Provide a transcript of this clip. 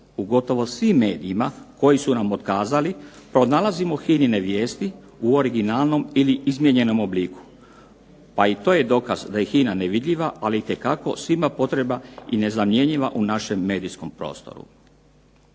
u gotovo svim medijima koji su nam otkazali pronalazimo HINA-ine vijesti u originalnom ili izmijenjenom obliku, pa i to je dokaz da je HINA nevidljiva ali itekako svima potreba i nezamjenjiva u našem medijskom prostoru.